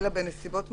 אלא בנסיבות מיוחדות"